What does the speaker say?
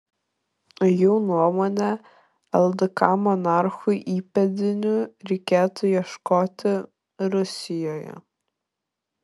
jų nuomone ldk monarchų įpėdinių reikėtų ieškoti rusijoje